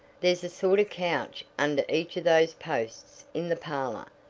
there's a sort of couch under each of those posts in the parlor.